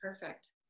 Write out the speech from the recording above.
perfect